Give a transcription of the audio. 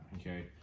okay